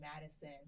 Madison